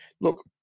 look